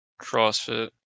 CrossFit